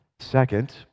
Second